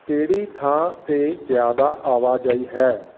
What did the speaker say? ਕਿਹੜੀ ਥਾਂ 'ਤੇ ਜ਼ਿਆਦਾ ਆਵਾਜਾਈ ਹੈ